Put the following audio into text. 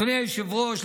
אדוני היושב-ראש,